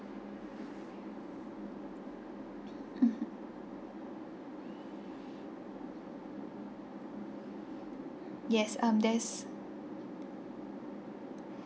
mmhmm yes um there's